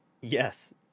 yes